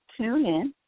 TuneIn